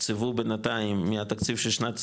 תוקצבו בינתיים, מהתקציב של שנת 22,